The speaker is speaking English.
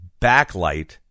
backlight